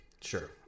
Sure